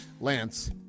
Lance